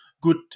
good